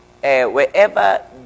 wherever